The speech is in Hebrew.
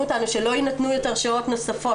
אותנו שלא יינתנו יותר שעות נוספות,